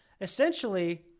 essentially